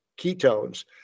ketones